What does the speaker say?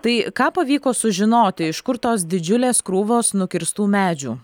tai ką pavyko sužinoti iš kur tos didžiulės krūvos nukirstų medžių